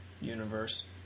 universe